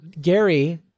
Gary